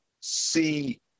see